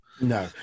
No